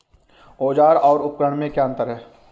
औज़ार और उपकरण में क्या अंतर है?